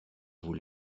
vous